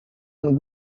known